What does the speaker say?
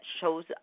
shows